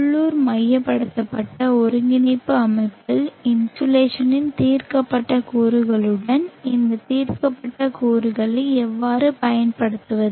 உள்ளூர் மையப்படுத்தப்பட்ட ஒருங்கிணைப்பு அமைப்பில் இன்சோலேஷனின் தீர்க்கப்பட்ட கூறுகளுடன் இந்த தீர்க்கப்பட்ட கூறுகளை எவ்வாறு பயன்படுத்துவது